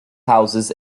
houses